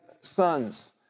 sons